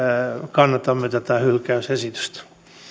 kannatamme tätä hylkäysesitystä